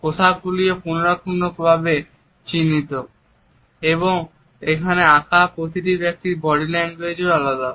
পোশাকগুলিও পুঙ্খানুপুঙ্খ ভাবে চিত্রিত এবং এখানে আঁকা প্রতিটি ব্যক্তির বডি ল্যাঙ্গুয়েজ আলাদা